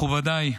מכובדיי,